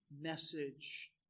message